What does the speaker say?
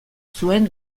zuen